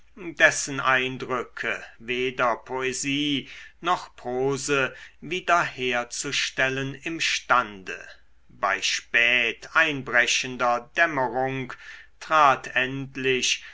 dessen eindrücke weder poesie noch prose wieder herzustellen imstande bei spät einbrechender dämmerung trat endlich